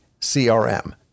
CRM